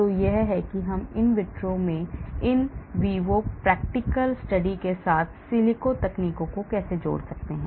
तो यह है कि हम इन विट्रो में इन विवो प्रीक्लिनिकल स्टडी के साथ सिलिको तकनीकों को कैसे जोड़ सकते हैं